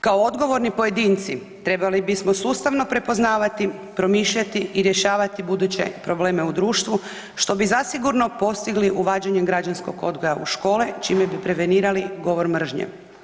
Kao odgovorni pojedinci trebali bismo sustavno prepoznavati, promišljati i rješavati buduće probleme u društvu što bi zasigurno postigli uvođenjem građanskog odgoja u škole čime bi prevenirati govor mržnje.